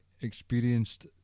experienced